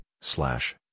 slash